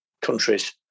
countries